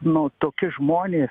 nu tokie žmonės